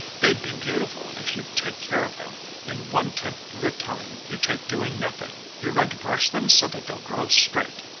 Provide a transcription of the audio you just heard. they'd be beautiful if you'd take care of them in one-tenth the time you take doing nothing. you're going to brush them so that they'll grow straight.